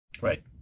Right